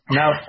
now